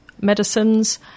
medicines